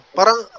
Parang